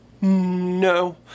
no